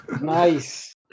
nice